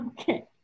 Okay